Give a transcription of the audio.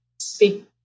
speak